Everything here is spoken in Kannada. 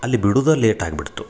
ಅಲ್ಲಿ ಬಿಡುದ ಲೇಟ್ ಆಗ್ಬಿಡ್ತು